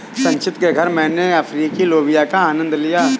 संचित के घर मैने अफ्रीकी लोबिया का आनंद लिया